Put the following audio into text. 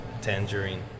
tangerine